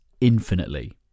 infinitely